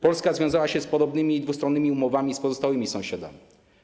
Polska związała się podobnymi dwustronnymi umowami z pozostałymi sąsiadami.